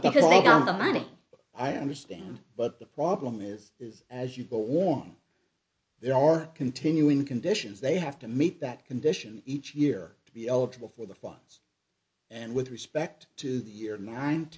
on the money i understand but the problem is is as you go warm there are continuing conditions they have to meet that condition each year to be eligible for the funds and with respect to the year nine